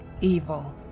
evil